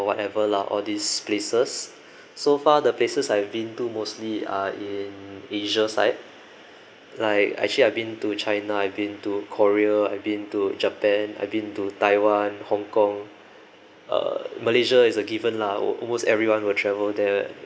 whatever lah all these places so far the places I've been to mostly are in asia side like actually I've been to china I've been to korea I've been to japan I've been to taiwan hong kong uh malaysia is a given lah almost everyone will travel there